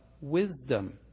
wisdom